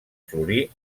florir